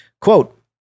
quote